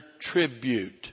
tribute